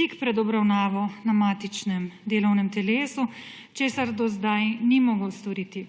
tik pred obravnavo na matičnem delovnem telesu, česar do zdaj ni mogel storiti.